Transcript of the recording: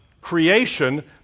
creation